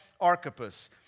Archippus